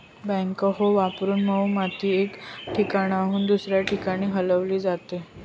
backhoe वापरून मऊ माती एका ठिकाणाहून दुसऱ्या ठिकाणी हलवली जाते